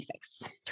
six